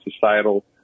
societal